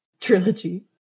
trilogy